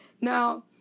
Now